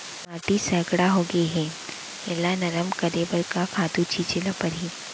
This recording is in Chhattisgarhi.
माटी सैकड़ा होगे है एला नरम करे बर का खातू छिंचे ल परहि?